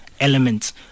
elements